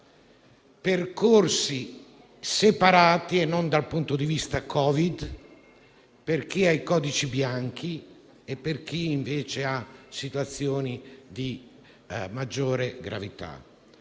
percorsi separati, e non dal punto di vista Covid, per chi ha i codici bianchi e per chi, invece, ha situazioni di maggiore gravità.